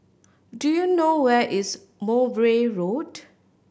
do you know where is Mowbray Road